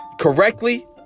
correctly